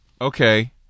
okay